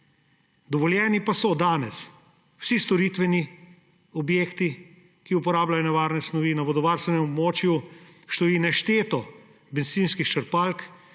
dovoljeni pa so danes vsi storitveni objekti, ki uporabljajo nevarne snovi. Na vodovarstvenem območju stoji nešteto bencinskih črpalk,